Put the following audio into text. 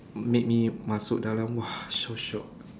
make me masuk dalam !wah! so shiok